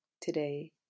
today